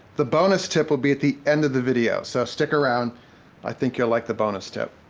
the bonus tip will be at the end of the video. so stick around i think you'll like the bonus tip.